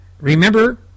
Remember